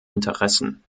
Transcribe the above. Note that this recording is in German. interessen